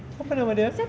apa nama dia eh